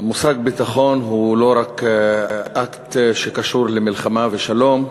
המושג ביטחון הוא לא רק אקט שקשור למלחמה ושלום,